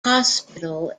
hospital